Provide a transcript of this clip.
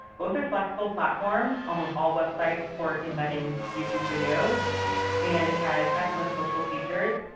both are flexible platforms. almost all websites support embedding youtube videos and it has excellent social features.